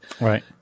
Right